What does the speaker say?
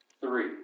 Three